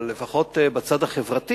אבל לפחות בצד החברתי